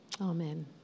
Amen